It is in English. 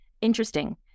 Interesting